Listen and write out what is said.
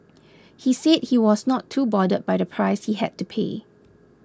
he said he was not too bothered by the price he had to pay